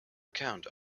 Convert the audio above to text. account